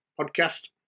podcast